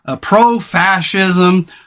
pro-fascism